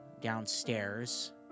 downstairs